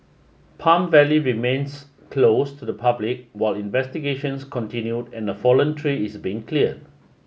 Palm Valley remains closed to the public while investigations continue and the fallen tree is being cleared